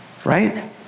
Right